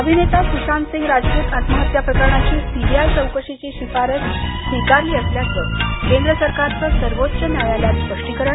अभिनेता सुशांत सिंग राजपूत आत्महत्या प्रकरणाची सीबीआय चौकशीची शिफारस स्वीकारली असल्याचं केंद्र सरकारचं सर्वोच्च न्यायालयात स्पष्टीकरण